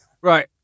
Right